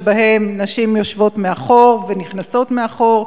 שבהם נשים יושבות מאחור ונכנסות מאחור,